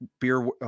Beer